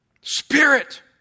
Spirit